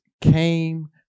came